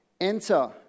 enter